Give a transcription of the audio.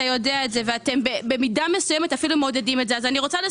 אתה יודע את זה ובמידה מסוימת אתם מעודדים את זה אפילו.